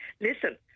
listen